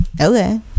Okay